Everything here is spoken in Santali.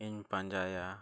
ᱤᱧ ᱯᱟᱸᱡᱟᱭᱟ